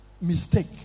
mistake